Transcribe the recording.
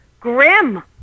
grim